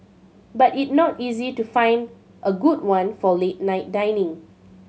but it not easy to find a good one for late night dining